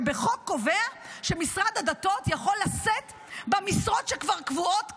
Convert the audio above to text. שבחוק קובע שמשרד הדתות יכול לשאת במשרות שכבר קבועות כדין,